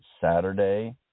Saturday